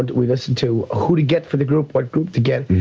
and we listen to who to get for the group, what group to get,